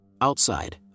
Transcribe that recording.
Outside